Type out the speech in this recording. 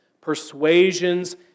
persuasions